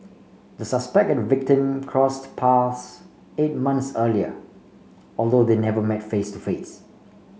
the suspect and victim crossed paths eight months earlier although they never met face to face